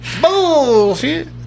Bullshit